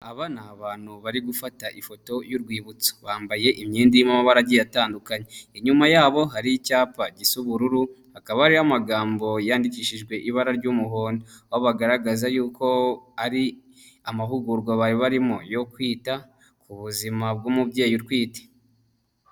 Aba ni abantu bari gufata ifoto y'urwibutso; bambaye imyenda irimo amabara agiye atandukanye. Inyuma yabo hari icyapa gisa ubururu hakaba hariyo magambo yandikishijwe ibara ry'umuhondo; aho bagaragaza yuko ari amahugurwa bari barimo yo kwita ku buzima bw'umubyeyi utwite.